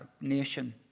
nation